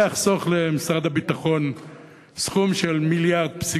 זה יחסוך למשרד הביטחון סכום של 1.3 מיליארד.